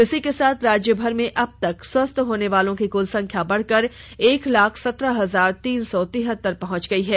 इसी के साथ राज्यभर में अबतक स्वस्थ होनेवालों की कुल संख्या बढ़कर एक लाख सत्रह हजार तीन सौ तिहतर पहुंच गई है